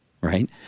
right